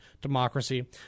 democracy